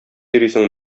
йөрисең